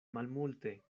malmulte